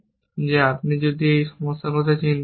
যে আপনি যদি এই সমস্যার কথা চিন্তা করেন